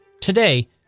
today